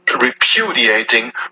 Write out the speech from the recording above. repudiating